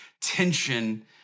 tension